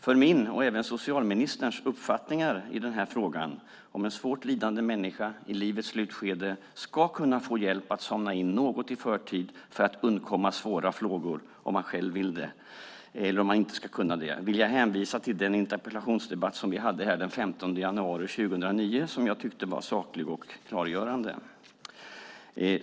För mina - och även socialministerns - uppfattningar i frågan om en svårt lidande människa i livets slutskede ska kunna få hjälp att somna in något i förtid för att undkomma svåra plågor om man själv vill det, eller om man inte ska kunna det, vill jag hänvisa till den interpellationsdebatt vi hade här den 15 januari 2009 och som jag tyckte var saklig och klargörande.